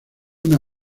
una